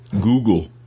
google